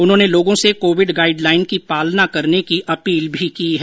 उन्होंने लोगों से कोविड गाइड लाइन की पालना करने की अपील भी की है